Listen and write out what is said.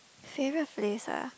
favourite place ah